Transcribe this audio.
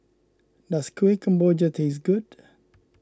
does Kueh Kemboja taste good